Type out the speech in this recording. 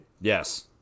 Yes